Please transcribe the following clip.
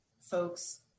folks